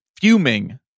fuming